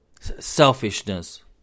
Selfishness